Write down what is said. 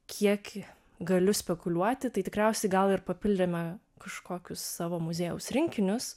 kiek galiu spekuliuoti tai tikriausiai gal ir papildėme kažkokius savo muziejaus rinkinius